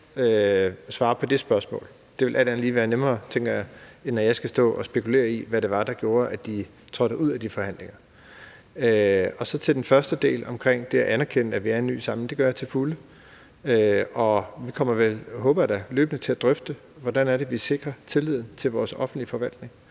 svarer på det spørgsmål. Det vil alt andet lige være nemmere, tænker jeg, end at jeg skal stå og spekulere i, hvad det var, der gjorde, at de trådte ud af de forhandlinger. Til den første del omkring det at anerkende, at vi er en ny samling, vil jeg sige, at det gør jeg til fulde. Og vi kommer vel, håber jeg da, løbende til at drøfte, hvordan det er, at vi sikrer tilliden til vores offentlige forvaltning.